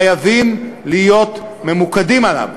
חייבים להיות ממוקדים בה,